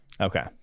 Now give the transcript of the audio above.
Okay